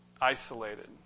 isolated